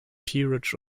peerage